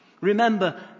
Remember